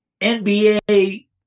NBA